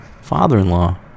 father-in-law